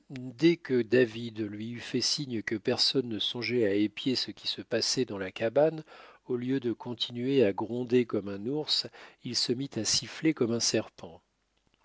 dès que david lui eut fait signe que personne ne songeait à épier ce qui se passait dans la cabane au lieu de continuer à gronder comme un ours il se mit à siffler comme un serpent